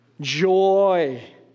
joy